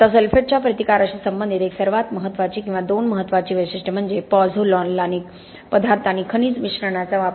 आता सल्फेटच्या प्रतिकाराशी संबंधित एक सर्वात महत्त्वाची किंवा दोन महत्त्वाची वैशिष्ट्ये म्हणजे पॉझोलानिक पदार्थ आणि खनिज मिश्रणाचा वापर